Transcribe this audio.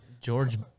George